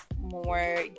more